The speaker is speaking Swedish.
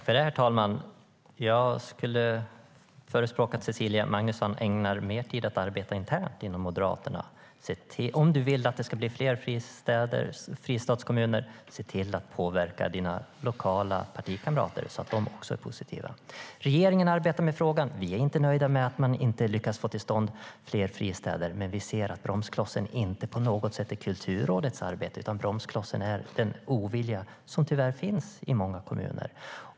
Herr talman! Jag föreslår att Cecilia Magnusson ägnar mer tid åt att arbeta internt inom Moderaterna. Om du vill att det ska bli fler fristadskommuner, se då till att påverka dina lokala partikamrater så att också de blir positiva. Regeringen arbetar med frågan. Vi är inte nöjda med att man inte har lyckats få till stånd fler fristäder. Men vi ser att bromsklossen inte på något sätt är Kulturrådets arbete, utan bromsklossen är den ovilja som tyvärr finns i många kommuner.